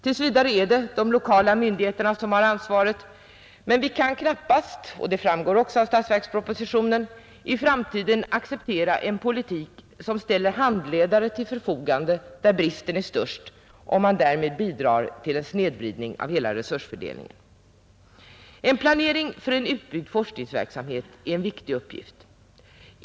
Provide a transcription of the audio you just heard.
Tills vidare är det de lokala myndigheterna som har ansvaret, men vi kan knappast — och det framgår också av statsverkspropositionen — i framtiden acceptera en politik som ställer handledare till förfogande där bristen är störst, om man därmed bidrar till en snedvridning av hela resursfördelningen. En planering för en utbyggd forskningsverksamhet är en viktig uppgift.